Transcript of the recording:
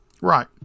Right